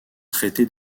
traité